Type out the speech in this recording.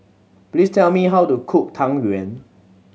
please tell me how to cook Tang Yuen